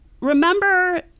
remember